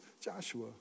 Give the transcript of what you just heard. Joshua